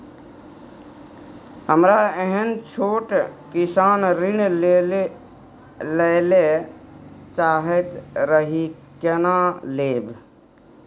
हमरा एहन छोट किसान ऋण लैले चाहैत रहि केना लेब?